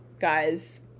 Guys